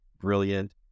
Brilliant